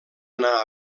anar